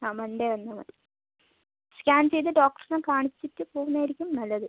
ആ മൺഡേ വന്നാൽമതി സ്കാൻ ചെയ്ത് ഡോക്ടറിനെ കാണിച്ചിട്ട് പോകുന്നതായിരിക്കും നല്ലത്